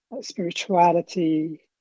spirituality